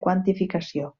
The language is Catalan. quantificació